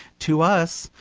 to us,